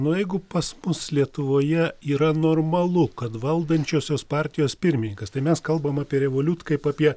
nu jeigu pas mus lietuvoje yra normalu kad valdančiosios partijos pirmininkas tai mes kalbam apie revoliut kaip apie